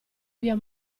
via